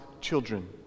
children